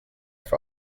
for